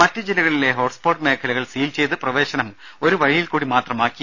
മറ്റു ജില്ലകളിലെ ഹോട്ട്സ്പോട്ട് മേഖലകൾ സീൽ ചെയ്ത് പ്രവേശനം ഒരു വഴിയിൽ കൂടി മാത്രമാക്കി